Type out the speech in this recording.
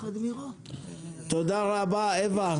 תודה רבה, אווה.